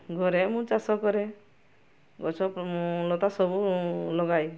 ଘରେ ମୁଁ ଚାଷ କରେ ଗଛ ଲତା ସବୁ ଲଗାଏ